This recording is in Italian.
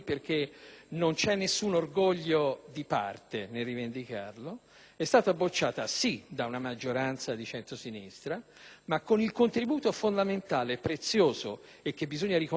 non c'è nessun orgoglio di parte nel rivendicarlo: quella riforma è stata bocciata sì da una maggioranza di centrosinistra, ma con il contributo fondamentale e prezioso - e che bisogna riconoscere